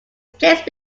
placed